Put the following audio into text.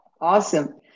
Awesome